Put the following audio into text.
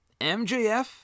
MJF